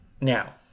now